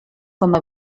coma